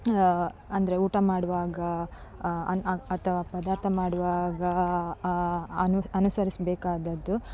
ಅಂದರೆ ಊಟ ಮಾಡುವಾಗ ಅಥವಾ ಪದಾರ್ಥ ಮಾಡುವಾಗ ಅನು ಅನುಸರಿಸಬೇಕಾದದ್ದು